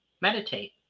meditate